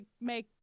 make